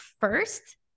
first